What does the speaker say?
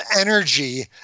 energy